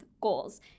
goals